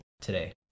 today